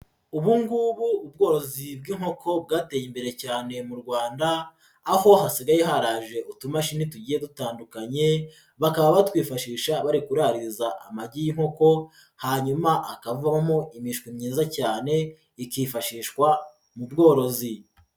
Ubu ngubu ubworozi bw'inkoko bwateye imbere cyane mu Rwanda, aho hasigaye haraje utumamashini tugiye dutandukanye, bakaba batwifashisha bari kuraririza amagi y'inkoko, hanyuma hakavamo imishwi myiza cyane, ikifashishwa mu bworozi.